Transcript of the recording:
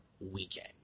weekend